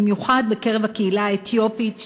במיוחד בקרב הקהילה האתיופית,